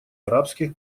арабских